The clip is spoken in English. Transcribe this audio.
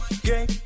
Game